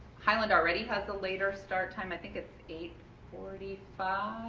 highland already has a later start time. i think it's eight forty five.